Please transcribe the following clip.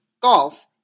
golf